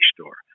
store